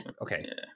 okay